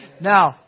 Now